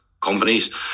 companies